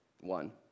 one